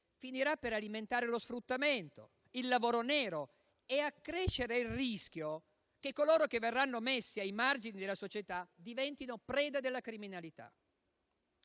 finirà per alimentare lo sfruttamento e il lavoro nero e per accrescere il rischio che coloro che verranno messi ai margini della società diventino preda della criminalità,